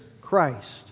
Christ